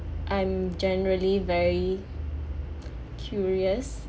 I'm generally very curious